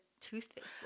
toothpaste